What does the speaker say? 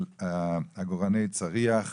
על עגורני הצריח,